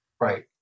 Right